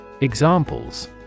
Examples